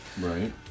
Right